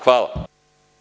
Hvala.